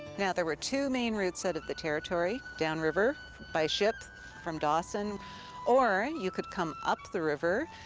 now there were two main routes out of the territory downriver by ship from dawson or you could come up the river,